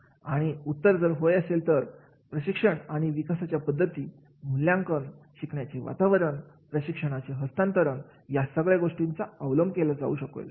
आणि उत्तर जर होय असेल तर प्रशिक्षण आणि विकासाच्या पद्धती मूल्यांकन शिकण्याचे वातावरण प्रशिक्षणाचे हस्तांतर या सगळ्या गोष्टींचा अवलंब केला जाऊ शकेल